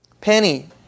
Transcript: penny